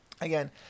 again